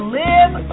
live